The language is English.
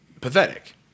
pathetic